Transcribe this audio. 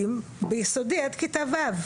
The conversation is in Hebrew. זה בית ספר יסודי עד כיתה ו'.